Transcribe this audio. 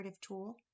tool